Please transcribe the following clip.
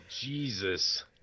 Jesus